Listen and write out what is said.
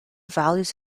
values